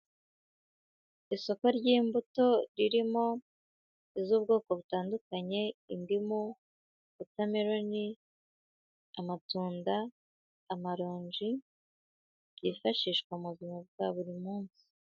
Isoko ry'imbuto ririmo iz'ubwoko butandukanye indimu, wotameloni, amatunda, amaronji, byifashishwa mu buzima bwa buri munsi.